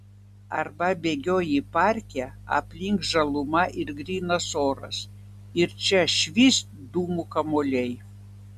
arba bėgioji parke aplink žaluma ir grynas oras ir čia švyst dūmų kamuoliai